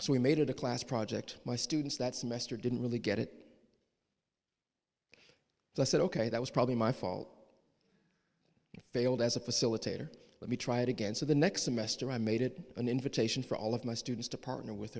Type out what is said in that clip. so we made it a class project my students that semester didn't really get it so i said ok that was probably my fault failed as a facilitator let me try it again so the next semester i made it an invitation for all of my students to partner with